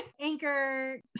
Anchor